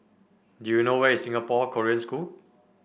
do you know where is Singapore Korean School